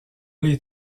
les